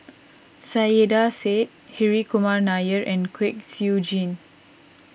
Saiedah Said Hri Kumar Nair and Kwek Siew Jin